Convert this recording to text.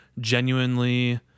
genuinely